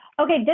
Okay